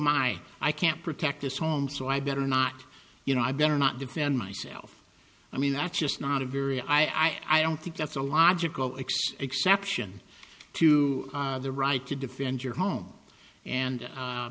my i can't protect this home so i better not you know i better not defend myself i mean that's just not a very i don't think that's a logical x exception to the right to defend your home and